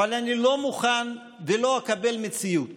אבל אני לא מוכן ולא אקבל מציאות